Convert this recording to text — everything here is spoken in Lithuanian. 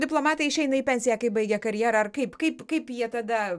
diplomatai išeina į pensiją kai baigia karjerą ar kaip kaip kaip jie tada